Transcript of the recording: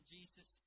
Jesus